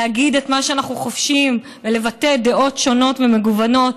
להגיד את מה שאנחנו חושבים ולבטא דעות שונות ומגוונות,